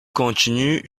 continues